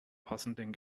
passenden